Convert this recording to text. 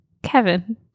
Kevin